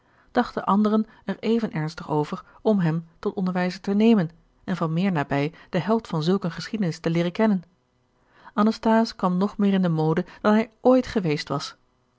dachten anderen er even ernstig over gerard keller het testament van mevrouw de tonnette om hem tot onderwijzer te nemen en van meer nabij den held van zulk eene geschiedenis te leeren kennen anasthase kwam nog meer in de mode dan hij ooit geweest was